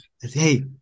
Hey